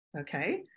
okay